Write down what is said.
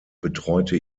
betreute